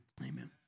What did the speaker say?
Amen